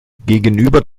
gegenüber